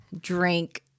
drink